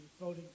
voting